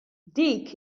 dik